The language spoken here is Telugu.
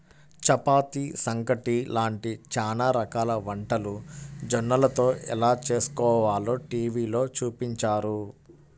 చపాతీ, సంగటి లాంటి చానా రకాల వంటలు జొన్నలతో ఎలా చేస్కోవాలో టీవీలో చూపించారు